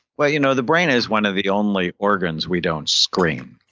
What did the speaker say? but you know the brain is one of the only organs we don't screen.